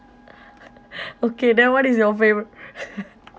okay then what is your favourite